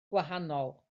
gwahanol